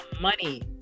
money